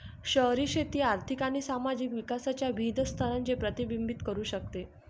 शहरी शेती आर्थिक आणि सामाजिक विकासाच्या विविध स्तरांचे प्रतिबिंबित करू शकते